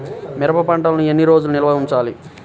మిరప పంటను ఎన్ని రోజులు నిల్వ ఉంచాలి?